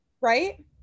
Right